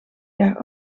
jaar